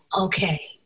Okay